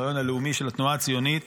הרעיון הלאומי של התנועה הציונית,